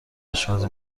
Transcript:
آشپزی